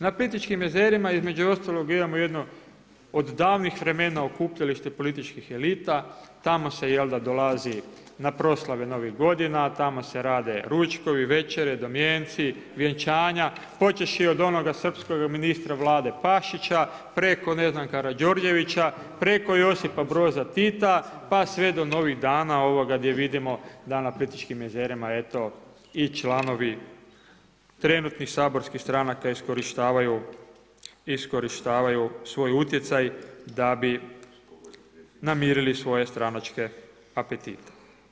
Na Plitvičkim jezerima između ostalog imamo jedno od davnih vremena okupljalište političkih elita, tamo se dolazi na proslave novih godina, tamo se rade ručkovi, večere, domjenci, vjenčanja, počevši od onoga srpskoga ministra vlade Pašića preko ne znam Karađorđevića, preko Josipa Broza Tita pa sve do novih dana gdje vidimo da na Plitvičkim jezerima eto i članovi trenutnih saborskih stranaka iskorištavaju svoj utjecaj da bi namirili svoje stranačke apetite.